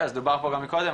אז דובר פה מקודם,